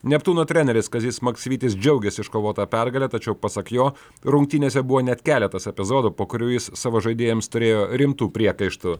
neptūno treneris kazys maksvytis džiaugėsi iškovota pergale tačiau pasak jo rungtynėse buvo net keletas epizodų po kurių jis savo žaidėjams turėjo rimtų priekaištų